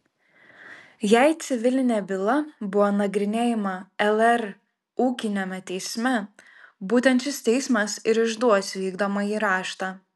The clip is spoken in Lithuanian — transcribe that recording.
jei civilinė byla buvo nagrinėjama lr ūkiniame teisme būtent šis teismas ir išduos vykdomąjį raštą